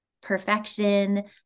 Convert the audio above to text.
perfection